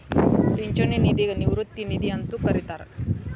ಪಿಂಚಣಿ ನಿಧಿಗ ನಿವೃತ್ತಿ ನಿಧಿ ಅಂತೂ ಕರಿತಾರ